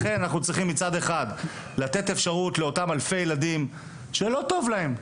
לכן אנחנו צריכים מצד אחד לתת אפשרות לאותם מאות ילדים שלא טוב להם,